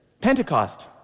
Pentecost